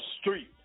street